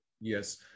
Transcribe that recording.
Yes